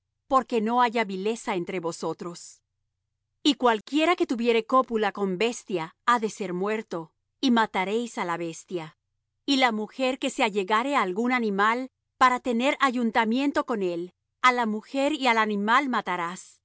porque no haya vileza entre vosotros y cualquiera que tuviere cópula con bestia ha de ser muerto y mataréis á la bestia y la mujer que se allegare á algún animal para tener ayuntamiento con él á la mujer y al animal matarás